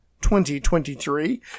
2023